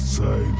say